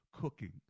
cooking